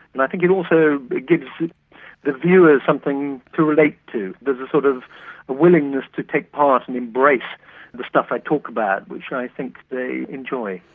and i think it also gives the viewer something to relate to. there's a sort of willingness to take part and embrace the stuff i talk about which i think they enjoy.